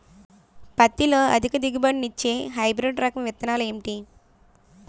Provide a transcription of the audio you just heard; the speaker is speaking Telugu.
పత్తి లో అధిక దిగుబడి నిచ్చే హైబ్రిడ్ రకం విత్తనాలు ఏంటి